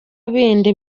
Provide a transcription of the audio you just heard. bindi